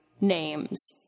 names